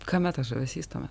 kame tas žavesys tame